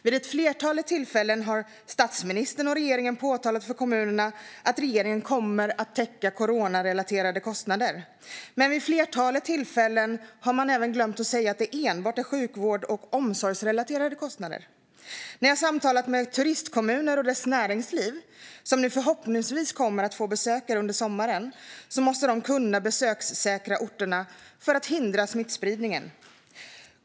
Vid ett flertal tillfällen har statsministern och regeringen talat om för kommunerna att regeringen kommer att täcka coronarelaterade kostnader, men vid flertalet tillfällen har man även glömt att säga att det enbart gäller sjukvårds och omsorgsrelaterade kostnader. När jag har samtalat med näringslivet i våra turistkommuner, som nu förhoppningsvis kommer att få besökare under sommaren, har de sagt att de måste kunna besökssäkra orterna för att hindra smittspridningen.